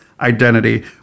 identity